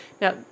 Now